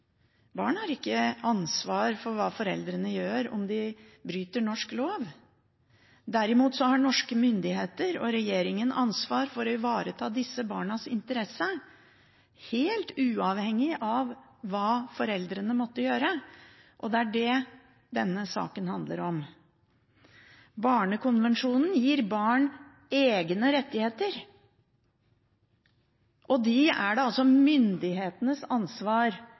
ikke ansvar for hva foreldrene gjør om de bryter norsk lov. Derimot har norske myndigheter og regjeringen ansvar for å ivareta disse barnas interesse helt uavhengig av hva foreldrene måtte gjøre, og det handler denne saken om. Barnekonvensjonen gir barn egne rettigheter, som det er myndighetenes ansvar å ivareta, og det er den prinsipielle hovedbakgrunnen for dette. Alle rapportene det